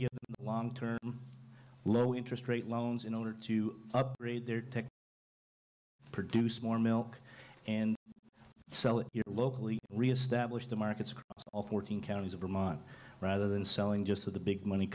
a long term low interest rate loans in order to upgrade their produce more milk and sell it locally reestablish the markets of all fourteen counties of vermont rather than selling just to the big money